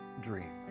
dream